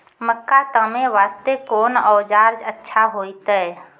मक्का तामे वास्ते कोंन औजार अच्छा होइतै?